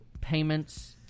payments